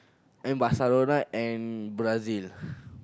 and Barcelona and Brazil